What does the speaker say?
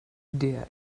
der